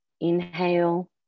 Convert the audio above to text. Inhale